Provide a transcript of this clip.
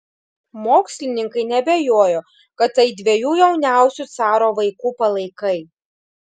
mokslininkai neabejojo kad tai dviejų jauniausių caro vaikų palaikai